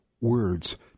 words